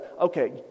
okay